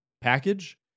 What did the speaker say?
package